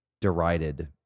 derided